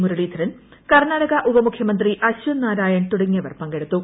മുരളീധരൻ കർണാടക ഉപമുഖ്യമന്ത്രി അശ്വന്ത് നാരായൺ തുടങ്ങിയവർ പങ്കെടുത്തു